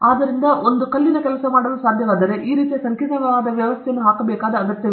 ಆದ್ದರಿಂದ ಒಂದು ಕಲ್ಲಿ ಕೆಲಸ ಮಾಡಲು ಸಾಧ್ಯವಾದರೆ ಈ ರೀತಿಯ ಸಂಕೀರ್ಣವಾದ ವ್ಯವಸ್ಥೆಯನ್ನು ಹಾಕಬೇಕಾದ ಅಗತ್ಯವಿಲ್ಲ